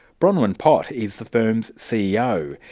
bronwyn pott is the firm's ceo.